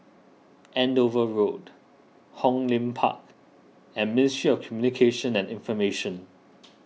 Andover Road Hong Lim Park and Ministry of Communications and Information